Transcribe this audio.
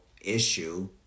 issue